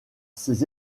ces